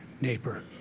neighbor